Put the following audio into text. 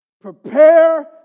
prepare